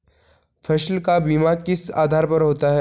फसल का बीमा किस आधार पर होता है?